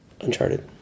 Uncharted